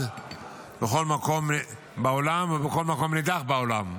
בכל מקום בעולם ובכל מקום נידח בעולם.